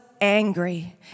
angry